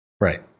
right